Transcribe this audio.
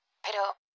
pero